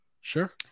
Sure